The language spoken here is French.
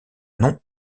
nom